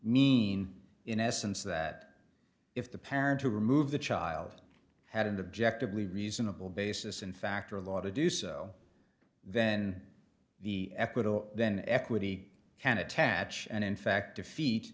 mean in essence that if the parent to remove the child had an objective leave a reasonable basis and factor a lot to do so then the equitable then equity can attach and in fact defeat